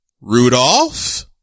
Rudolph